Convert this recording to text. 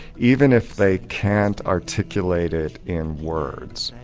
even if they can't articulate it in words.